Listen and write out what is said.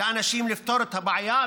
לאנשים לפתור את הבעיה.